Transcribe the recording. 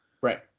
Right